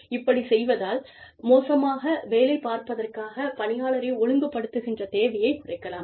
இப்படிச் செய்வதால் மோசமாக வேலை பார்த்ததற்காக பணியாளரை ஒழுங்குபடுத்துகின்ற தேவையைக் குறைக்கலாம்